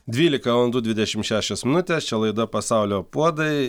dvylika valandų dvidešim šešios minutės čia laida pasaulio puodai